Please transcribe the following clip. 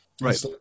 Right